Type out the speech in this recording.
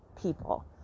people